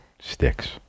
sticks